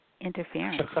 interference